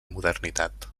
modernitat